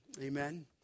Amen